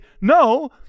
no